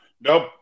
Nope